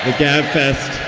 ah gabfests